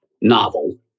novel